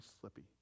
slippy